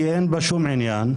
כי אין בה שום עניין,